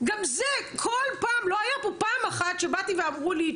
גם זה כל פעם לא היה פה פעם אחת שבאתי ואמרו לי,